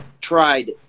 tried